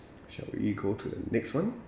shall we go to the next one